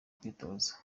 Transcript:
kwitoza